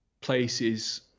places